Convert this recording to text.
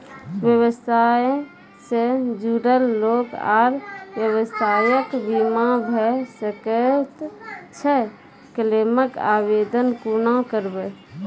व्यवसाय सॅ जुड़ल लोक आर व्यवसायक बीमा भऽ सकैत छै? क्लेमक आवेदन कुना करवै?